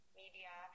media